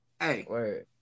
Hey